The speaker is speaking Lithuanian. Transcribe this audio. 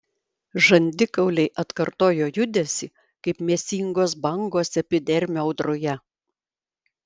žandikauliai atkartojo judesį kaip mėsingos bangos epidermio audroje